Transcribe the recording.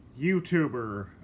YouTuber